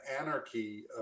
anarchy